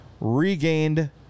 regained